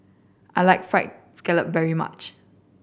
I like Fried Scallop very much